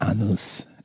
anus